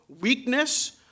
weakness